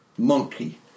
Monkey